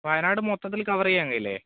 വയനാട് മൊത്തത്തിൽ കവർ ചെയ്യാൻ കഴിയില്ലേ